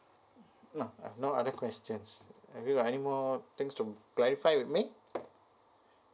ah ah no other questions do you have any more things to clarify with me